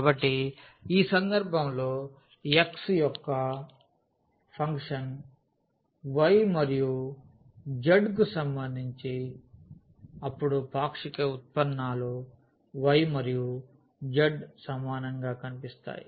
కాబట్టిఈ సందర్భంలో x యొక్క ఫంక్షన్ y మరియు z సంబంధించి అప్పుడు పాక్షిక ఉత్పన్నాలు y మరియు z సమానంగా కనిపిస్తాయి